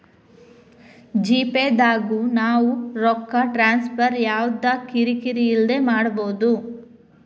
GPay ದಾಗು ನಾವ್ ರೊಕ್ಕ ಟ್ರಾನ್ಸ್ಫರ್ ಯವ್ದ ಕಿರಿ ಕಿರಿ ಇಲ್ದೆ ಮಾಡ್ಬೊದು